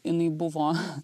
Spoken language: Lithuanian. jinai buvo